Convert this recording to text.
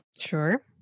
Sure